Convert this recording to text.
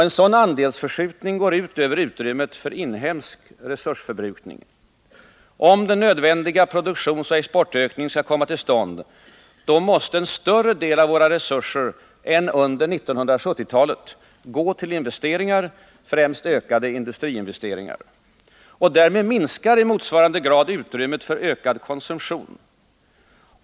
En sådan andelsförskjutning går ut över utrymmet för inhemsk resursförbrukning. Om den nödvändiga produktionsoch exportökningen skall komma till stånd, måste en större del av våra resurser än under 1970-talet gå till investeringar, främst ökade industriinvesteringar. Därmed minskar i motsvarande grad utrymmet för ökad konsumtion.